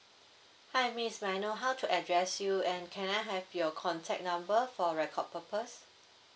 hi miss may I know how to address you and can I have your contact number for record purpose